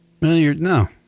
no